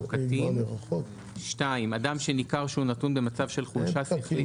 או קטין; (2)אדם שניכר שהוא נתון במצב של חולשה שכלית,